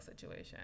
situation